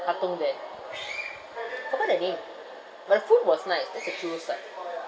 katong there forgot the name but the food was nice except churros ah